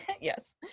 Yes